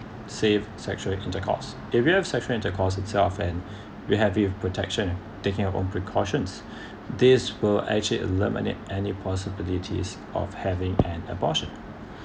save sexual intercourse area of sexual intercourse itself and you have you protection and taking your own precautions this will actually eliminate any possibilities of having an abortion